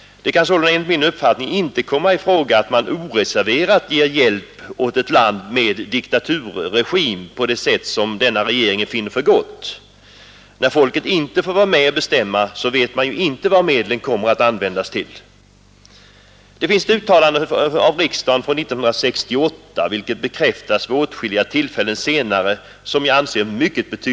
Det kan sålunda enligt min uppfattning inte komma i fråga att man oreserverat ger hjälp åt ett land med diktaturregim på det sätt som denna regering finner för gott. När folket inte får vara med och bestämma, vet man ju inte hur medlen kommer att användas. Det gjordes ett mycket betydelsefullt uttalande av riksdagen 1968, vilket bekräftats vid åtskilliga tillfällen senare.